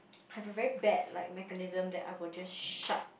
I have a very bad like mechanism that I will just shut